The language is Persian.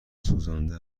سوزانده